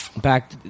back